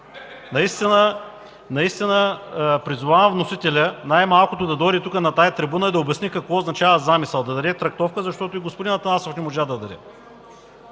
Наистина призовавам вносителя най-малкото да дойде на тази трибуна и да обясни какво означава „замисъл” – да даде трактовка, защото и господин Атанасов не можа да я даде.